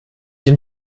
den